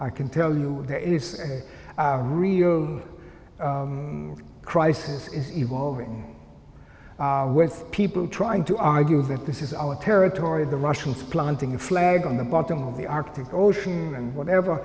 i can tell you there is a real crisis is evolving with people trying to argue that this is our territory the russians planting a flag on the bottom of the arctic ocean and whatever